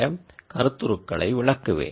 கருத்துருக்களை விளக்குவேன்